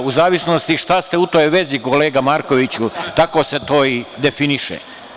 U zavisnosti šta ste u toj vezi, kolega Markoviću, tako se to i definiše.